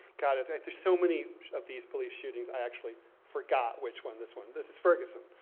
kind of like there's so many of these police shootings, i actually forgot which one this one, this is ferguson.